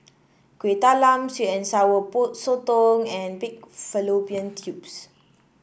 Kuih Talam sweet and Sour Sotong and Pig Fallopian Tubes